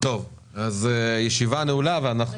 הישיבה נעולה.